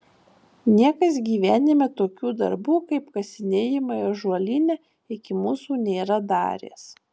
niekas gyvenime tokių darbų kaip kasinėjimai ąžuolyne iki mūsų nėra daręs